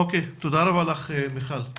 תודה רבה מיכל.